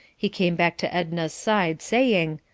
he came back to edna's side saying,